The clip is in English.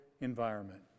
environment